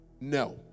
no